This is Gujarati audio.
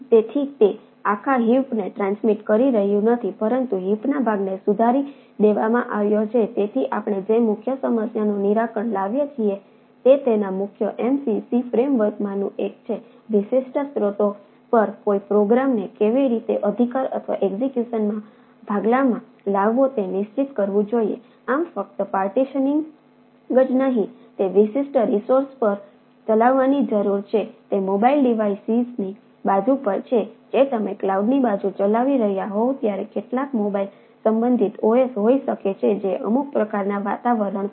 તેથી તે આખા હીપને હોઈ શકે છે જે અમુક પ્રકારના વાતાવરણ છે